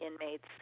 inmates